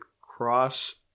cross